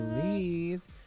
please